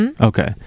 Okay